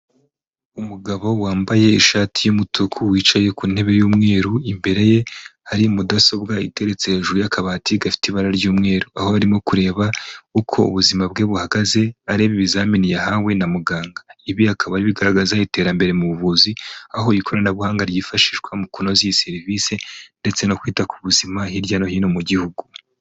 Umugabo wambaye ishati y'umutuku wicaye ku ntebe y'umweru, imbere ye hari mudasobwa iteretse hejuru y'akabati gafite ibara ry'umweru, aho arimo kureba uko ubuzima bwe buhagaze, areba ibizamini yahawe na muganga. Ibi akaba ari bigaragaza iterambere mu buvuzi, aho ikoranabuhanga ryifashishwa mu kunoza iyi serivisi ndetse no kwita ku buzima hirya no hino mu gihugu.